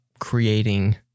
creating